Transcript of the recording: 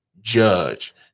Judge